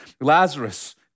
Lazarus